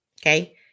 okay